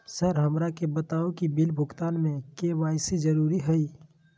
Sir हमरा के बताओ कि बिल भुगतान में के.वाई.सी जरूरी हाई?